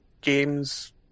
games